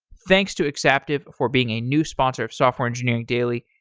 thanks to exaptive for being a new sponsor of software engineering daily.